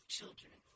children